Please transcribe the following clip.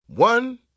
One